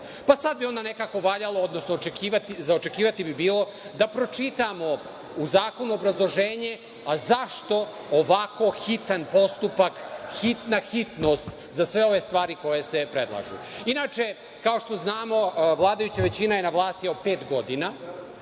Sada bi bilo nekako za očekivati da pročitamo u zakonu obrazloženje – a zašto ovako hitan postupak, hitna hitnost za sve ove stvari koje se predlažu? Inače, kao što znamo, vladajuća većina je na vlasti pet godina